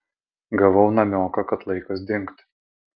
gavau namioką kad laikas dingt